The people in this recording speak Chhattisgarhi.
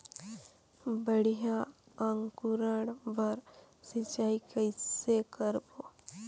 बढ़िया अंकुरण बर सिंचाई कइसे करबो?